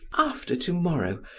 after to-morrow,